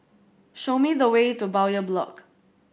show me the way to Bowyer Block